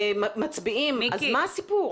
מצביעים, אז מה הסיפור?